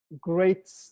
Great